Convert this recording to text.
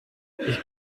ich